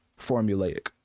formulaic